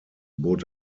bot